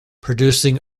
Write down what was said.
producing